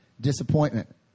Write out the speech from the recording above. disappointment